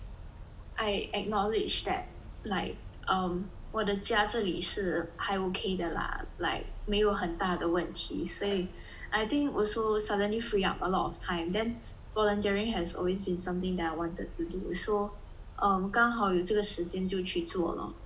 I acknowledge that like um 我的家这里是还 okay 的 lah like 没有很大的问题所以 I think also suddenly free up a lot of time then volunteering has always been something that I wanted to do so um 刚好有这个时间就去做 lor